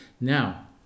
Now